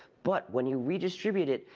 but when you redistribute it,